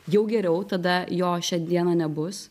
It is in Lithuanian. jau geriau tada jo šią dieną nebus